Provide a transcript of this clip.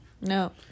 No